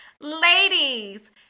Ladies